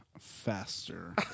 faster